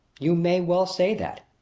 you may well say that.